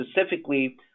specifically